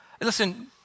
listen